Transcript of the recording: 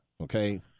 Okay